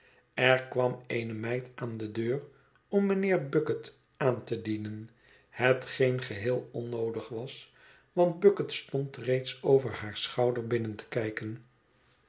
er kwam eene meid aan de deur om mijnheer bucket aan te dienen hetgeen geheel onnoodig was want bucket stond reeds over haar schouder binnen te kijken